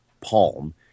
palm